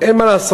אין מה לעשות.